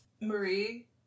Marie